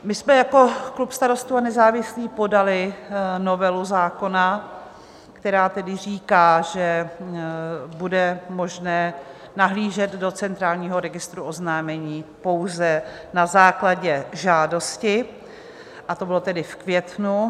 My jsme jako klub Starostů a nezávislých podali novelu zákona, která říká, že bude možné nahlížet do centrálního registru oznámení pouze na základě žádosti, a to bylo v květnu.